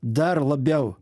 dar labiau